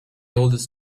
oldest